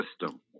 system